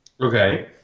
Okay